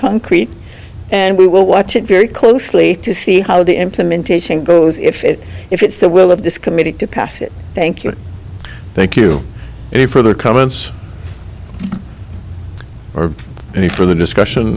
concrete and we will watch it very closely to see how the implementation goes if it if it's the will of this committee to pass it thank you thank you any further comments or any further discussion